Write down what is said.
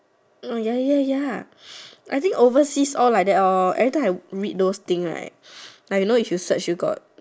orh ya ya ya I think overseas all like that lor every time I read those thing right like you know if you search you got